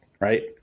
right